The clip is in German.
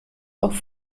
auch